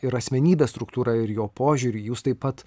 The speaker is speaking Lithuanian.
ir asmenybės struktūrą ir jo požiūrį jūs taip pat